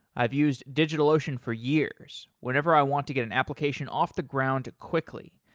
i've used digitalocean for years whenever i want to get an application off the ground quickly,